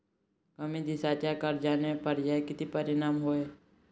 कमी दिसाच्या कर्जाचे पर्याय किती परमाने हाय?